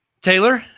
Taylor